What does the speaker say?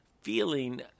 feeling